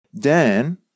Dan